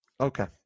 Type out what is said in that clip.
Okay